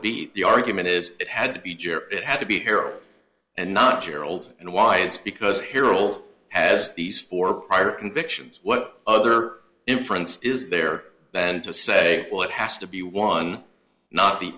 beat the argument is it had to be chair it had to be here and not gerald and why it's because harold has these four prior convictions what other inference is there than to say well it has to be one not the